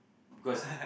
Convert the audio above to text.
because